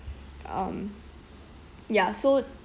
um ya so